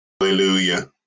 Hallelujah